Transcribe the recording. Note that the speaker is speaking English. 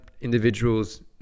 individuals